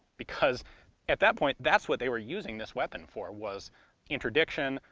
because at that point that's what they were using this weapon for was interdiction,